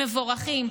מבורכים,